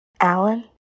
Alan